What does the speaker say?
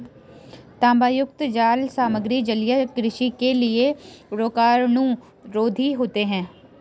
तांबायुक्त जाल सामग्री जलीय कृषि के लिए रोगाणुरोधी होते हैं